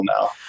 now